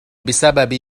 بسبب